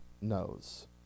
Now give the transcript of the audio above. knows